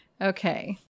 Okay